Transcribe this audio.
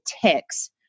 ticks